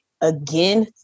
again